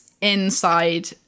inside